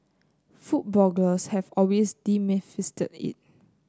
food bloggers have always it